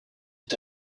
est